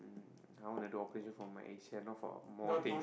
I wanna do operation for my A_C_L not for more things